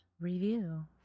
review